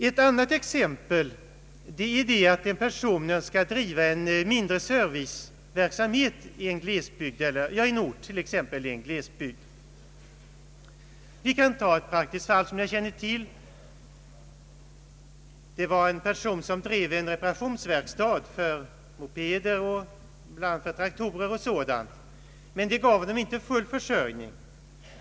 Ett annat exempel är att en person önskar driva en mindre serviceverksamhet på en ort, t.ex. i en glesbygd. Vi kan ta ett praktiskt fall som jag känner till. Det var en person som drev en reparationsverkstad för mopeder och traktorer m.m., men den gav honom inte full försörjning.